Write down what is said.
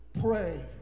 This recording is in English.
Pray